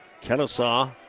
Kennesaw